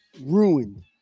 ruined